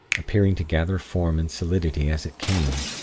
appearing to gather form and solidity as it came.